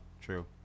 True